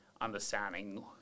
understanding